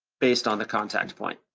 based on the contact point.